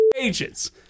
pages